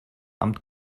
amt